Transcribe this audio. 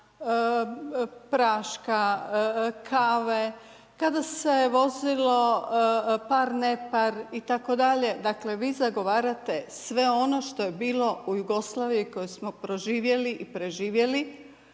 praška, kave, kada se vozilo par-nepar, dakle vi zagovarate sve ono što je bilo u Jugoslaviji koju smo proživjeli i preživjeli.